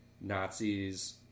Nazis